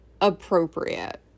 appropriate